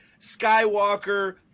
Skywalker